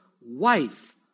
wife